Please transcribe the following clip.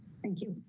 thank you.